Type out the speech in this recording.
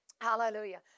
hallelujah